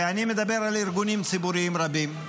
ואני מדבר על ארגונים ציבוריים רבים.